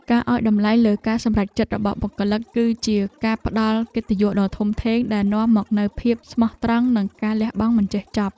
ការឱ្យតម្លៃលើការសម្រេចចិត្តរបស់បុគ្គលិក គឺជាការផ្ដល់កិត្តិយសដ៏ធំធេងដែលនាំមកនូវភាពស្មោះត្រង់និងការលះបង់មិនចេះចប់។